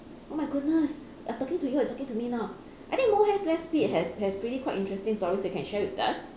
oh my goodness I'm talking to you or you are talking to me now I think more haste less speed has has pretty quite interesting stories you can share with us